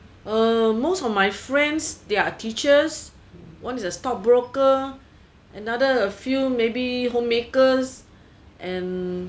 uh most of my friends they are teachers one is a stockbroker another a few maybe homemakers and